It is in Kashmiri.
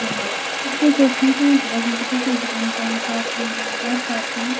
بٮ۪مار اِسلیے چھِ اَسہِ ہمساین تہِ دَپُن کہِ تُہۍ تھٲیِو پَنُن پان صاف تھاوان پَنُن گَر صاف تھاوان